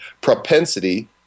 Propensity